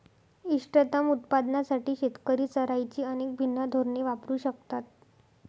इष्टतम उत्पादनासाठी शेतकरी चराईची अनेक भिन्न धोरणे वापरू शकतात